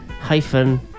hyphen